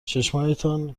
چشمهایتان